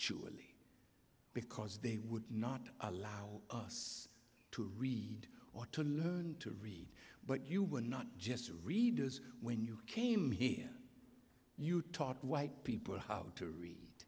surely because they would not allow us to read or to learn to read but you were not just readers when you came here you taught white people how to read